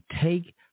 take